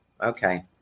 Okay